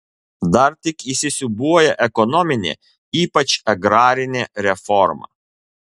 dar tik įsisiūbuoja ekonominė ypač agrarinė reforma